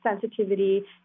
sensitivity